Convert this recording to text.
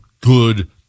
good